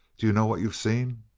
do you know what you've seen?